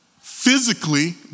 physically